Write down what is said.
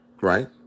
right